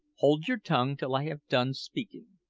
hold your tongue till i have done speaking.